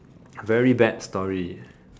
very bad story